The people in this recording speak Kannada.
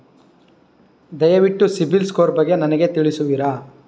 ದಯವಿಟ್ಟು ಸಿಬಿಲ್ ಸ್ಕೋರ್ ಬಗ್ಗೆ ನನಗೆ ತಿಳಿಸುವಿರಾ?